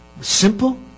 Simple